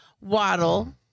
waddle